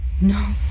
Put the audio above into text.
No